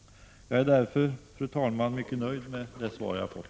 Jag är därför, fru talman, mycket nöjd med det svar jag har fått.